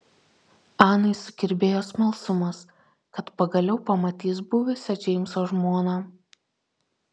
anai sukirbėjo smalsumas kad pagaliau pamatys buvusią džeimso žmoną